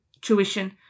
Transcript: tuition